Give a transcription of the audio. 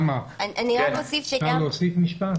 אוסאמה, אפשר להוסיף משפט?